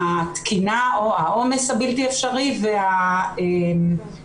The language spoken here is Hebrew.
התקינה, או העומס הבלתי אפשרי, והשכר.